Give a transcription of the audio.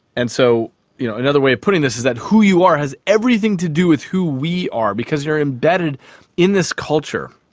and so you know another way of putting this is who you are has everything to do with who we are, because you are embedded in this culture.